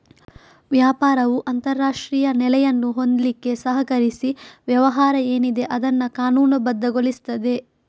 ವ್ಯಾಪಾರವು ಅಂತಾರಾಷ್ಟ್ರೀಯ ನೆಲೆಯನ್ನು ಹೊಂದ್ಲಿಕ್ಕೆ ಸಹಕರಿಸಿ ವ್ಯವಹಾರ ಏನಿದೆ ಅದನ್ನ ಕಾನೂನುಬದ್ಧಗೊಳಿಸ್ತದೆ